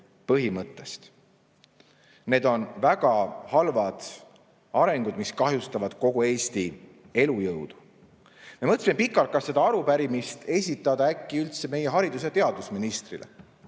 põhimõttest. Need on väga halvad arengud, mis kahjustavad kogu Eesti elujõudu. Mõtlesime pikalt, kas see arupärimine esitada äkki haridus‑ ja teadusministrile.